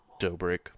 Dobrik